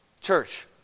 Church